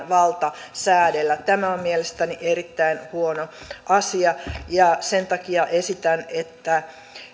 valta säädellä tämä on mielestäni erittäin huono asia ja sen takia esitän että